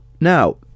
Now